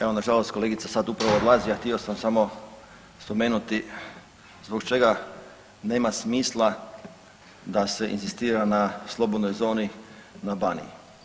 Evo nažalost kolegica sad upravo odlazi, a htio sam samo spomenuti zbog čega nema smisla da se inzistira na slobodnoj zoni na Baniji.